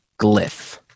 glyph